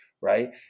right